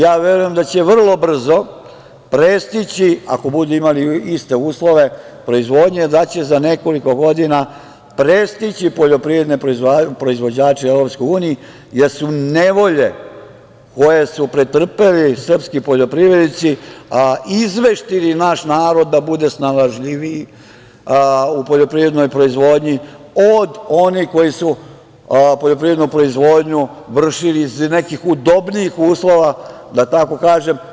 Ja verujem da će vrlo brzo prestići, ako budu imali iste uslove proizvodnje, da će za nekoliko godina prestići poljoprivredne proizvođače u EU, jer su nevolje koje su pretrpeli srpski poljoprivrednici izveštili naš narod da bude snalažljiviji u poljoprivrednoj proizvodnji od onih koji su poljoprivrednu proizvodnju vršili iz nekih udobnijih uslova, da tako kažem.